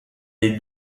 dei